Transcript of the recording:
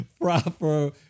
proper